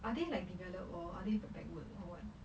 I think like developed or are they ba~ backward or what